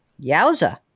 Yowza